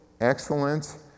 excellence